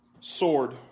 sword